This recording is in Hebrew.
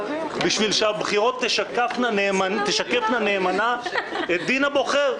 בשביל שהבחירות תשקפנה נאמנה את דין הבוחר.